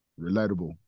Relatable